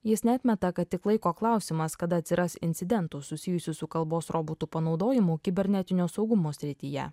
jis neatmeta kad tik laiko klausimas kada atsiras incidentų susijusių su kalbos robotų panaudojimu kibernetinio saugumo srityje